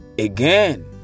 Again